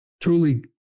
truly